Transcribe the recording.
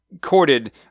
courted